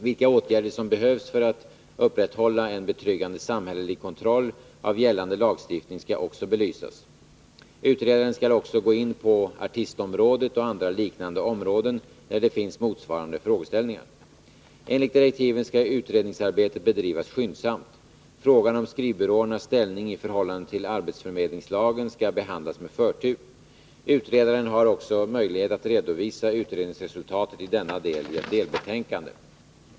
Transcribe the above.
Vilka åtgärder som behövs för att upprätthålla en betryggande samhällelig kontroll av gällande lagstiftning skall också belysas. Utredaren skall även gå in på artistområdet och andra liknande områden, där det finns motsvarande frågeställningar. Enligt direktiven skall utredningsarbetet bedrivas skyndsamt. Frågan om skrivbyråernas ställning i förhållande till arbetsförmedlingslagen skall behandlas med förtur. Utredaren har också möjlighet att redovisa utredningsresultatet i denna del i ett delbetänkande.